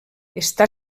està